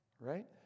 right